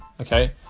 okay